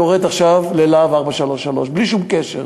יורד עכשיו ל"להב 433" בלי שום קשר,